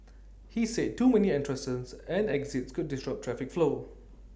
he said too many entrances and exits could disrupt traffic flow